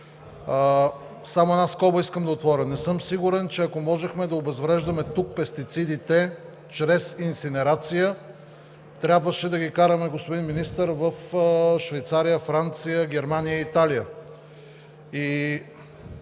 да отворя само една скоба: не съм сигурен, че, ако можехме да обезвреждаме тук пестицидите чрез инсинерация, трябваше да ги караме, господин Министър, в Швейцария, Франция, Германия и Италия.